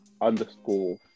underscore